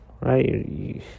right